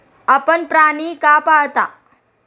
आपण प्राणी का पाळता?